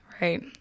Right